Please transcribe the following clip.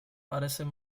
parecen